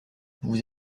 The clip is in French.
vous